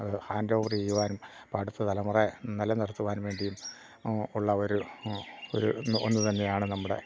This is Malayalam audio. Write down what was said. ഹാൻഡ്ഓവർ ചെയ്യുവാനും അടുത്ത തലമുറ നിലനിറുത്തുവാൻ വേണ്ടിയും ഉള്ള ഒരു ഒരു ഒന്ന് തന്നെയാണ് നമ്മുടെ